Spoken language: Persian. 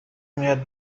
میاد